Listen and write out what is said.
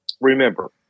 remember